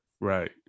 Right